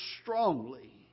strongly